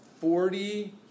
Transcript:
Forty